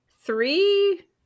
three